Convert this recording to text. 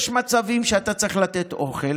יש מצבים שאתה צריך לתת אוכל,